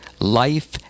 life